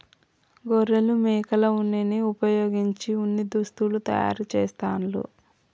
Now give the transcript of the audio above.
గొర్రెలు మేకల ఉన్నిని వుపయోగించి ఉన్ని దుస్తులు తయారు చేస్తాండ్లు